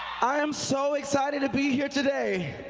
i am so excited to be here today.